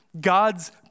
God's